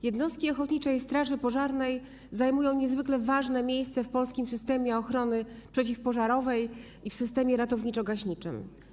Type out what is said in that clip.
Jednostki ochotniczej straży pożarnej zajmują niezwykle ważne miejsce w polskim systemie ochrony przeciwpożarowej i w systemie ratowniczo-gaśniczym.